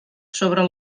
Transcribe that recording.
sobre